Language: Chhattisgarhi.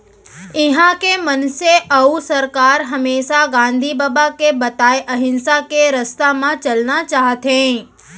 इहॉं के मनसे अउ सरकार हमेसा गांधी बबा के बताए अहिंसा के रस्ता म चलना चाहथें